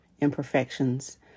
imperfections